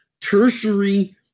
tertiary